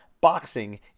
boxing